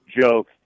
joke